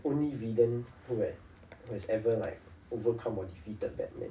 only villain who had have ever like overcome and defeated batman